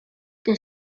the